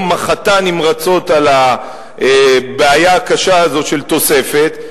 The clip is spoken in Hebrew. מחתה נמרצות על הבעיה הקשה הזאת של תוספת.